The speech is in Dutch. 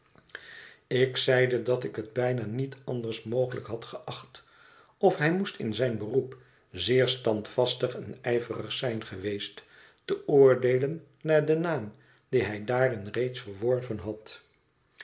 ik zeide dat ik het bijna niet anders mogelijk had geacht of hij moest in zijn beroep zeer standvastig en ijverig zijn geweest te oordeelen naar den naam dien hij daarin reeds verworven had